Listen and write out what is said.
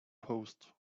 post